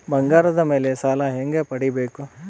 ಬಂಗಾರದ ಮೇಲೆ ಸಾಲ ಹೆಂಗ ಪಡಿಬೇಕು?